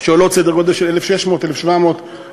שעולות סדר גודל של 1,600 1,700 שקלים,